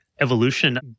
evolution